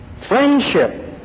friendship